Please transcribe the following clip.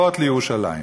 לירושלים,